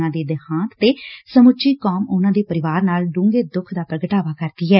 ਉਨਾਂ ਦੇ ਦੇਹਾਂਤ ਤੇ ਸਮੁੱਚੀ ਕੌਮ ਉਨਾਂ ਦੇ ਪਰਿਵਾਰ ਨਾਲ ਛੱਘੇ ਦੁੱਖ ਦਾ ਪ੍ਰਗਟਾਵਾ ਕਰਦੀ ਏ